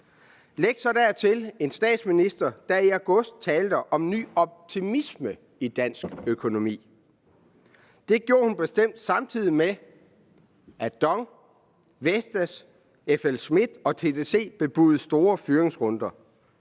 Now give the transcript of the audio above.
man så lægge en statsminister, der i august talte om ny optimisme i dansk økonomi. Det gjorde hun bestemt, samtidig med at DONG Energy, Vestas, FLSmidth og TDC bebudede store fyringsrunder.